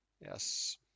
Yes